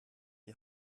die